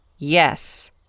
Yes